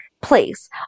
place